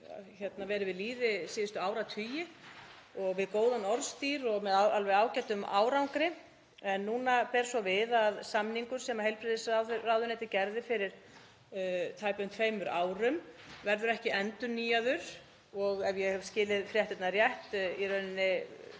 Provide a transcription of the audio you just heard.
hefur verið við lýði síðustu áratugi við góðan orðstír og með alveg ágætum árangri. En nú ber svo við að samningur sem heilbrigðisráðuneytið gerði fyrir tæpum tveimur árum verður ekki endurnýjaður og ef ég hef skilið fréttirnar rétt í raun